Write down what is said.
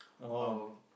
how